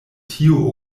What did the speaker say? tio